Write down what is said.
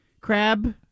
crab